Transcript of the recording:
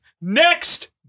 Next